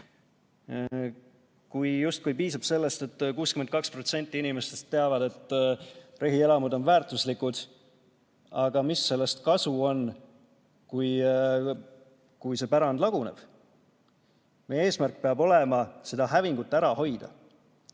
Justkui piisab sellest, et 62% inimestest teavad, et rehielamud on väärtuslikud. Aga mis sellest kasu on, kui see pärand laguneb? Meie eesmärk peab olema seda hävingut ära hoida. Ja